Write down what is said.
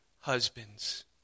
husbands